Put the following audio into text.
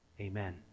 amen